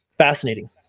Fascinating